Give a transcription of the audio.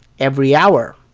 every hour.